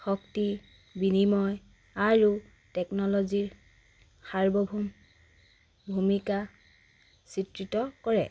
শক্তি বিনিময় আৰু টেকন'লজিৰ সাৰ্বভৌম ভূমিকা চিত্ৰিত কৰে